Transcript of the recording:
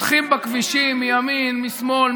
חותכים בכבישים מימין ומשמאל,